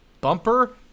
bumper